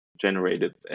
generated